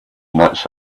nuts